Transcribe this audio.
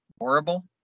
horrible